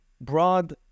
broad